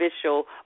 official